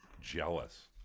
jealous